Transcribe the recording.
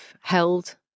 held